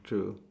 true